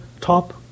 top